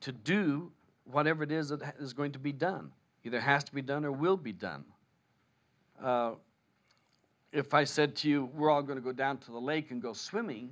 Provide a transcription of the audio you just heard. to do whatever it is that is going to be done either has to be done or will be done if i said to you we're all going to go down to the lake and go swimming